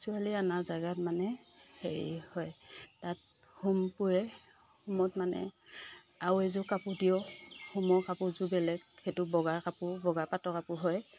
ছোৱালী আনা জেগাত মানে হেৰি হয় তাত হোম পোৰে হোমত মানে আৰু এযোৰ কাপোৰ দিওঁ হোমৰ কাপোৰযোৰ বেলেগ সেইটো বগাৰ কাপোৰ বগা পাটৰ কাপোৰ হয়